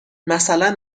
مثلا